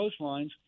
coastlines